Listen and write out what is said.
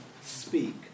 speak